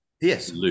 Yes